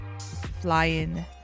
flying